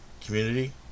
community